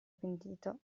pentito